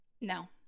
no